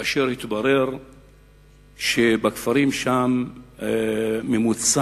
כאשר התברר שבכפרים שם ממוצע